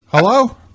Hello